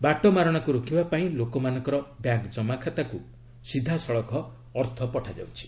ବାଟମାରଣାକୁ ରୋକିବାପାଇଁ ଲୋକମାନଙ୍କର ବ୍ୟାଙ୍କ୍ ଜମାଖାତାକ୍ ସିଧାସଳଖ ଅର୍ଥ ପଠାଯାଇଛି